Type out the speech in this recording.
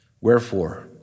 Wherefore